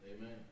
Amen